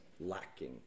lacking